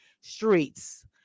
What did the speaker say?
streets